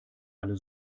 alle